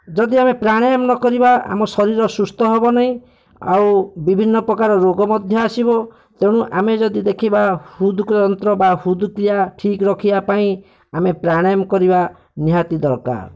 ଯଦି ଆମେ ପ୍ରାଣାୟମ୍ ନ କରିବା ଆମ ଶରୀର ସୁସ୍ଥ ହେବନି ଆଉ ବିଭିନ୍ନପ୍ରକାର ରୋଗ ମଧ୍ୟ ଆସିବ ତେଣୁ ଆମେ ଯଦି ଦେଖିବା ହୃଦ୍ ଗନ୍ତ୍ର ବା ହୃଦ୍କ୍ରିୟା ଠିକ୍ ରଖିବା ପାଇଁ ଆମେ ପ୍ରାଣାୟାମ୍ କରିବା ନିହାତି ଦରକାର